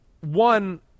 One